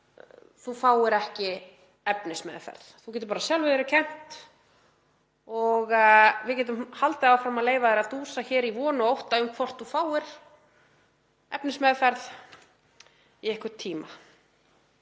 þú færð ekki efnismeðferð. Þú getur bara sjálfum þér um kennt og við getum haldið áfram að leyfa þér að dúsa í von og ótta um hvort þú fáir efnismeðferð einhvern tíma.